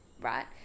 right